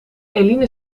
eline